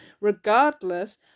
regardless